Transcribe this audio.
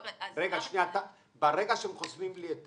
ברגע שהם חוסמים לי את